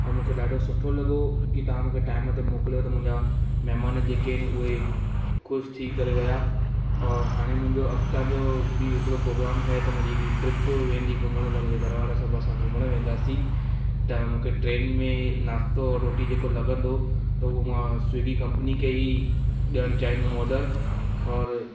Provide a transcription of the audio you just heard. औरि मूंखे ॾाढो सुठो लॻो की तव्हां मूंखे टाइम ते मोकिलियो त मुंहिंजा महिमान जेके आहिनि उहे ख़ुशि थी करे विया औरि हाणे मुंहिंजो अॻिता जो ॿी बि हिकिड़ो प्रोग्राम ठहे थो मुंहिंजी हिकिड़ी ट्रिप वेंदी घुमण लाइ मुंहिंजे घर वारा सभु असां घुमणु वेंदासीं त मूंखे ट्रेन में नाश्तो रोटी जेको लॻंदो त उहो मां स्विगी कंपनी खे ई ॾियणु चाहींदुमि ऑडर औरि